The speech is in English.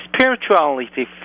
spirituality